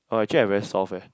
oh actually I very soft eh